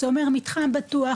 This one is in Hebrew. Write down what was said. זה אומר מתחם פתוח,